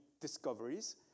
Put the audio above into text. discoveries